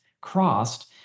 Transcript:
crossed